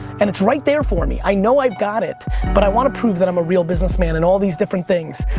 and it's right there for me. i know i've got it but i want to prove that i'm a real businessman and all these different things.